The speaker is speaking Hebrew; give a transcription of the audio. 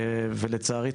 לצערי,